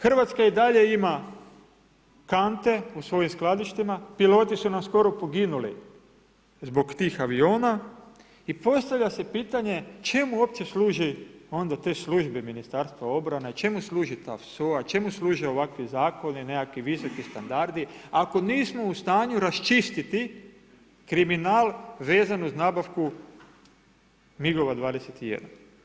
Hrvatska i dalje ima kante u svojim skladištima, piloti su nam skoro poginuli zbog tih aviona i postavlja se pitanje čemu uopće služi onda te službe Ministarstva obrane, čemu služi ta SOA, čemu služe ovakvi zakoni, nekakvi visoki standardi ako nisu u stanju raščistiti kriminal vezan uz nabavku MIG-ova 21.